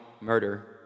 murder